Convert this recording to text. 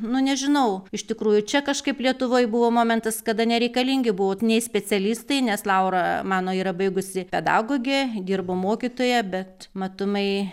nu nežinau iš tikrųjų čia kažkaip lietuvoj buvo momentas kada nereikalingi buvo nei specialistai nes laura mano yra baigusi pedagogė dirbo mokytoja bet matomai